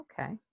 Okay